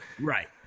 Right